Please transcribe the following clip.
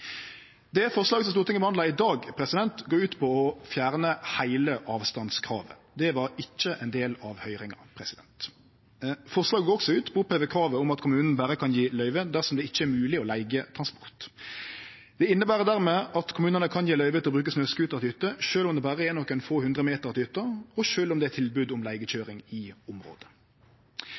Det forslaget som Stortinget behandlar i dag, går ut på å fjerne heile avstandskravet. Det var ikkje ein del av høyringa. Forslaget går også ut på å oppheve kravet om at kommunen berre kan gje løyve dersom det ikkje er mogleg å leige transport. Det inneber dermed at kommunane kan gje løyve til å bruke snøscooter til hytte sjølv om det berre er nokre få hundre meter til hytta, og sjølv om det er tilbod om leigekøyring i området.